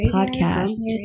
Podcast